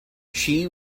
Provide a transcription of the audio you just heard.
she